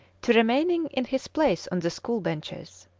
to remaining in his place on the school benches.